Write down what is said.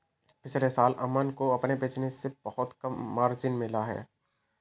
पिछले साल अमन को अपने बिज़नेस से बहुत कम मार्जिन मिला